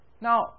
Now